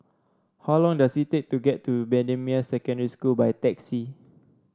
how long does it take to get to Bendemeer Secondary School by taxi